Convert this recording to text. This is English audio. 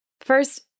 First